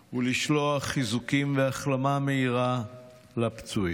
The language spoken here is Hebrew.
ולשלוח חיזוקים והחלמה מהירה לפצועים.